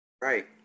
right